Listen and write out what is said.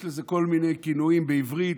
יש לזה כל מיני כינויים בעברית.